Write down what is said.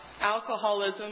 alcoholism